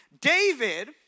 David